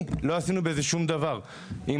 לא עשינו בזה שום דבר; לא עשינו בזה שום דבר אם